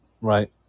right